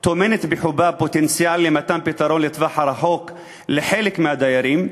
טומנת בחובה פוטנציאל למתן פתרון לטווח הארוך לחלק מהדיירים.